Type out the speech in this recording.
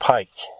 Pike